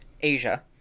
Asia